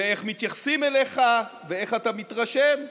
איך מתייחסים אליך ואיך אתה מתרשם?